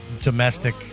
domestic